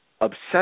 Obsessed